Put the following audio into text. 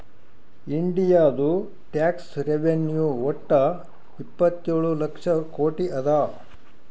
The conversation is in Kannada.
ಇಂಡಿಯಾದು ಟ್ಯಾಕ್ಸ್ ರೆವೆನ್ಯೂ ವಟ್ಟ ಇಪ್ಪತ್ತೇಳು ಲಕ್ಷ ಕೋಟಿ ಅದಾ